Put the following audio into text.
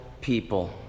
people